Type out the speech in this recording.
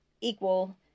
equal